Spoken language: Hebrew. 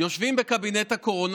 יושבים בקבינט הקורונה,